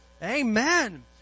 Amen